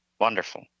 Wonderful